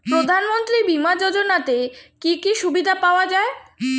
প্রধানমন্ত্রী বিমা যোজনাতে কি কি সুবিধা পাওয়া যায়?